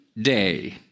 day